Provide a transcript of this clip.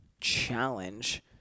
challenge